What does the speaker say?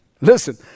Listen